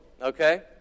Okay